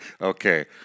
Okay